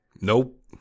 Nope